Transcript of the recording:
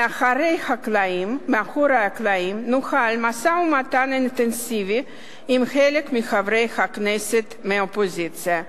מאחורי הקלעים נוהל משא-ומתן אינטנסיבי עם חלק מחברי הכנסת מהאופוזיציה.